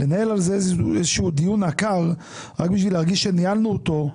לנהל על זה איזשהו דיון עקר רק בשביל להרגיש שניהלנו אותו,